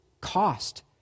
cost